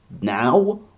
now